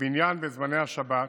בבניין בזמני השבת,